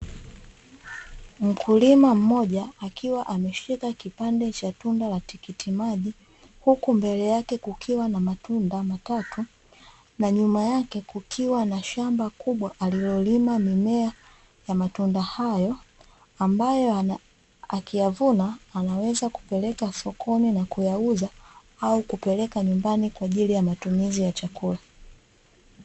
Mkulima mmoja akiwa ameshika kipande cha tunda la tikitimaji, huku mbele yake kukiwa na matunda matatu, na nyuma yake kukiwa na shamba kubwa alilolima mimea ya matunda hayo; ambayo akiyavuna anaweza kupeleka sokoni na kuyauza au kupeleka nyumbani kwa ajili ya matumizi ya chakula.